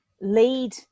lead